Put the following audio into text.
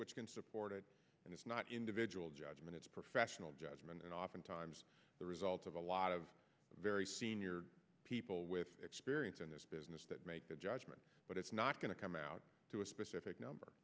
which can support it and it's not individual judgment it's professional judgment and oftentimes the result of a lot of very senior people with experience in this business that make the judgment but it's not going to come out to a specific number